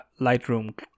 lightroom